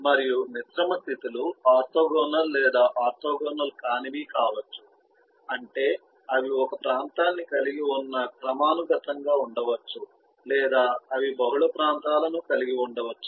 మరియు మిశ్రమ స్థితి లు ఆర్తోగోనల్ లేదా ఆర్తోగోనల్ కానివి కావచ్చు అంటే అవి ఒక ప్రాంతాన్ని కలిగి ఉన్న క్రమానుగతంగా ఉండవచ్చు లేదా అవి బహుళ ప్రాంతాలను కలిగి ఉండవచ్చు